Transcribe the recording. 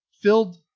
filled